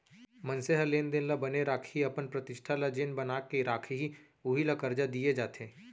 मनसे ह लेन देन ल बने राखही, अपन प्रतिष्ठा ल जेन बना के राखही उही ल करजा दिये जाथे